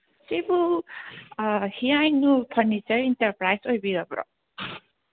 ꯁꯤꯕꯨ ꯍꯤꯌꯥꯏꯅꯨ furniture enterprise ꯑꯣꯏꯕꯤꯔꯕ꯭ꯔꯣ